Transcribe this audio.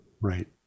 Right